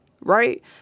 Right